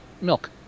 milk